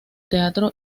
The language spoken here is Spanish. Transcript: teatro